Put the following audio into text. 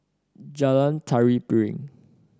Jalan Tari Piring